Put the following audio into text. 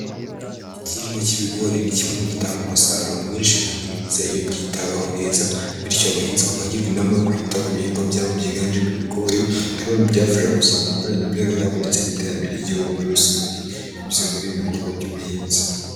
Igihingwa cy'ibigori ni kimwe mu gitanga umusaruro mwinshi kandi mwiza iyo byitaweho neza, bityo abahinzi bakaba bagirwa inama yo kwita ku bihingwa byabo byiganjemo ibigori nka bimwe mu byabafasha kuzamura imibereho yabo ndetse n'iterambere ry'Igihugu muri rusange, binyuze muri ibi bikorwa by'ubuhinzi.